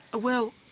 well,